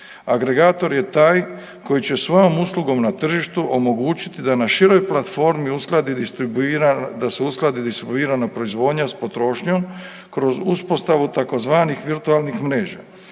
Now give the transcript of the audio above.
Agregator je taj koji će svojom uslugom na tržištu omogućiti da na široj platformi uskladi i distribuira, da se uskladi distribuira proizvodnja s potrošnjom kroz uspostavu tzv. virtualnih mreža.